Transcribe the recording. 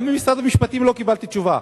גם ממשרד המשפטים לא קיבלתי תשובה.